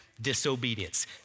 disobedience